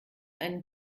einen